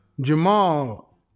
Jamal